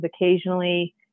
occasionally